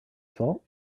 fault